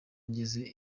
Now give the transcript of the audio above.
ngeze